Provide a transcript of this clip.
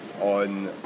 on